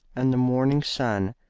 and the morning sun,